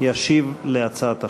ישיב על הצעת החוק.